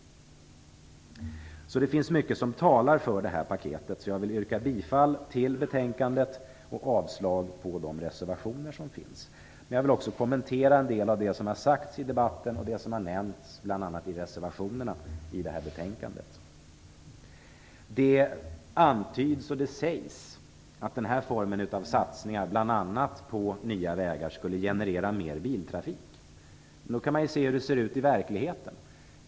Det finns mycket som talar för det här paketet, så jag yrkar bifall till utskottets hemställan och avslag på reservationerna. Jag vill också kommentera en del av det som har sagts i debatten och det som har nämnts i reservationerna till betänkandet. Det antyds och det sägs att den här formen av satsningar, bl.a. på nya vägar, skulle generera mer biltrafik. Då kan vi se hur det ser ut i verkligheten.